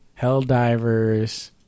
Helldivers